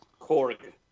Korg